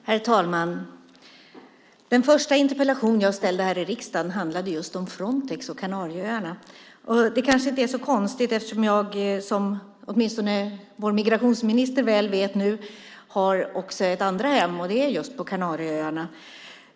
Herr talman! Den första interpellationen jag ställde här i riksdagen handlade just om Frontex och Kanarieöarna. Det är kanske inte så konstigt eftersom jag, som åtminstone vår migrationsminister nu väl vet, också har ett andra hem - just på Kanarieöarna.